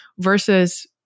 versus